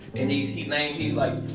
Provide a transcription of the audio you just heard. and he's he's lame, he's like,